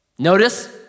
Notice